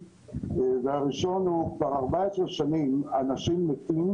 אוקי, אנחנו כמובן נשמח.